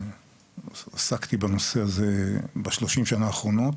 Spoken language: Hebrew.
ועסקתי בנושא הזה ב-30 שנים האחרונות